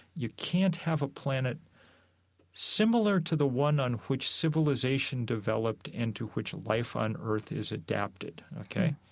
you can't have a planet similar to the one on which civilization developed and to which life on earth is adapted. ok?